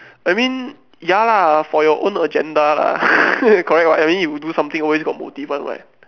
I mean ya lah for your own agenda lah correct [what] I mean when you do something always got motive one [what]